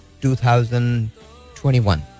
2021